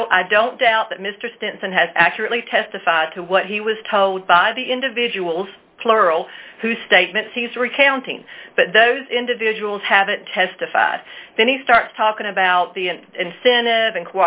don't i don't doubt that mr stinson has accurately testify to what he was told by the individuals plural who statements he's recounting but those individuals haven't testified then he starts talking about the incentive and